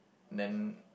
then